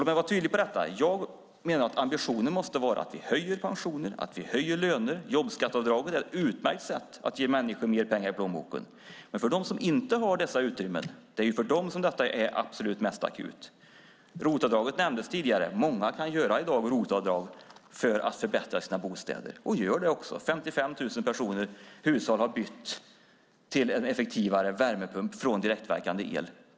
Låt mig vara tydlig med att säga att ambitionen måste vara att vi höjer pensionerna och lönerna. Jobbskatteavdraget är ett utmärkt sätt att ge människor mer pengar i plånboken. För dem som inte har dessa utrymmen är det mest akut. ROT-avdraget nämndes tidigare. Många kan i dag använda ROT-avdraget för att förbättra sina bostäder, och gör det också. 55 000 hushåll har bytt från direktverkande el till en effektivare värmepump.